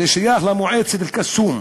ששייך למועצת אל-קסום.